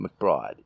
McBride